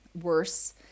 worse